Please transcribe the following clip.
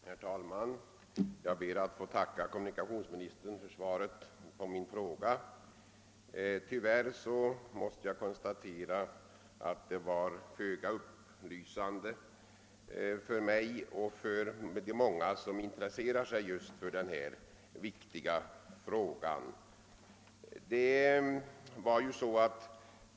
Herr talman! Jag ber att få tacka kommunikationsministern för svaret på min fråga. Tyvärr måste jag konstatera att det var föga upplysande för mig och för de många som intresserar sig för denna viktiga sak.